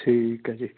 ਠੀਕ ਹੈ ਜੀ